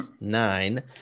nine